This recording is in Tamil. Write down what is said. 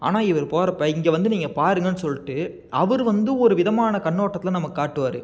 ஆனால் இவர் போகிறப்ப இங்கே வந்து நீங்கள் பாருங்களேன்னு சொல்லிட்டு அவர் வந்து ஒரு விதமான கண்ணோட்டத்தில் நமக்கு காட்டுவார்